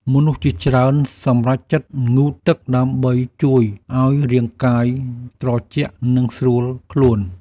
មនុស្សជាច្រើនសម្រេចចិត្តងូតទឹកដើម្បីជួយឱ្យរាងកាយត្រជាក់ និងស្រួលខ្លួន។